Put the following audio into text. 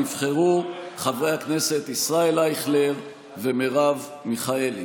נבחרו חברי הכנסת ישראל אייכלר ומרב מיכאלי.